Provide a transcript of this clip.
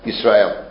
Israel